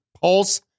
Pulse